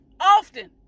often